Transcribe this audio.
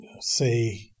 say